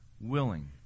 willing